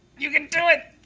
you can do it!